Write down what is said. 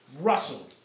Russell